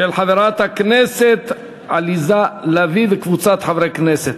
של חברת הכנסת עליזה לביא וקבוצת חברי הכנסת.